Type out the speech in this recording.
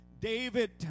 David